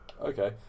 Okay